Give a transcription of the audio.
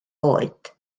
oed